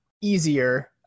easier